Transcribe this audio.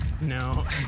No